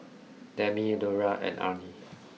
Demi Lura and Arnie